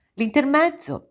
L'intermezzo